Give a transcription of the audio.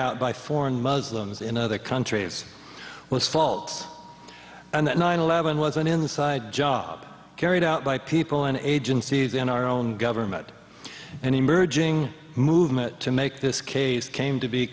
out by foreign muslims in other countries was faults and that nine eleven was an inside job carried out by people in agencies in our own government and emerging movement to make this case came to be